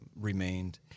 remained